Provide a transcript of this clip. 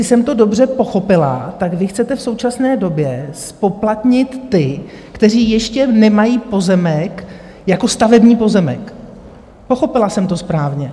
Jestli jsem to dobře pochopila, vy chcete v současné době zpoplatnit ty, kteří ještě nemají pozemek jako stavební pozemek, pochopila jsem to správně?